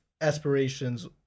aspirations